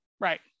Right